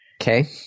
Okay